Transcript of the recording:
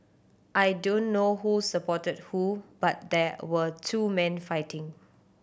I don't know who supported who but there were two men fighting